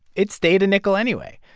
it stayed a nickel anyway.